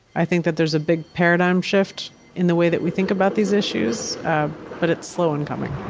i think that there's a big paradigm shift in the way that we think about these issues but it's slow in coming